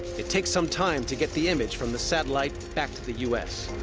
it takes some time to get the image from the satellite back to the u s.